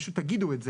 אבל פשוט תגידו את זה.